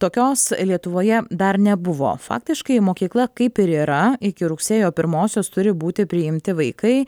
tokios lietuvoje dar nebuvo faktiškai mokykla kaip ir yra iki rugsėjo pirmosios turi būti priimti vaikai